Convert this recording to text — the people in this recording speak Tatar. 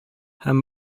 һәм